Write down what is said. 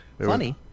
Funny